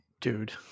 dude